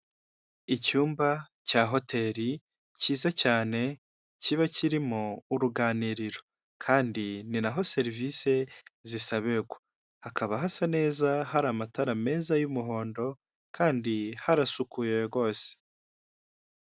Icyumba cya hoteli cyiza cyane kiba kirimo uruganiriro kandi ni naho serivisi zisabirwa, hakaba hasa neza hari amatara meza y'umuhondo kandi harasukuyewe rwose.